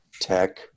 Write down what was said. tech